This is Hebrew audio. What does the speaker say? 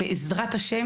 בעזרת ה',